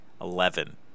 Eleven